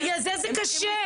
בגלל זה זה קשה.